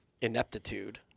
ineptitude